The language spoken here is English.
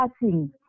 passing